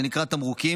זה נקרא "תמרוקים"